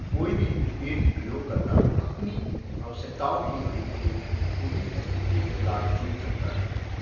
कोई भी प्रीपेड उपयोगकर्ता अपनी आवश्यकताओं के अनुरूप कोई भी प्रीपेड प्लान चुन सकता है